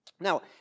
Now